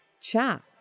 chat